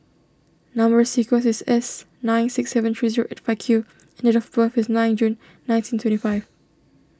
Number Sequence is S nine six seven three zero eight five Q and date of birth is nine June nineteen twenty five